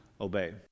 obey